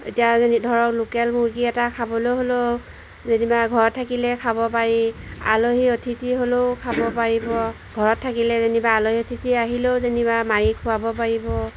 এতিয়া যেনে ধৰক লোকেল মুৰ্গী এটা খাবলৈ হ'লেও যেনিবা ঘৰত থাকিলে খাব পাৰি আলহী অতিথি হ'লেও খাব পাৰিব ঘৰত থাকিলে যেনিবা আলহী অতিথি আহিলেও যেনিবা মাৰি খুৱাব পাৰিব